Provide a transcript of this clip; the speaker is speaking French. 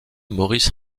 maurice